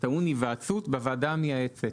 טעון היוועצות בוועדה המייעצת.